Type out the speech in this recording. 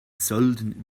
sölden